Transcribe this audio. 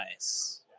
nice